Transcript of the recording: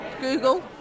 Google